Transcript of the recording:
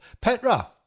Petra